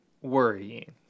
worrying